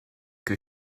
que